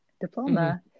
diploma